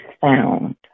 sound